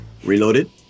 Reloaded